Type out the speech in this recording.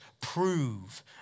prove